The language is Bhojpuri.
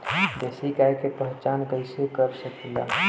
देशी गाय के पहचान कइसे कर सकीला?